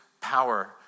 power